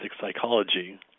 psychology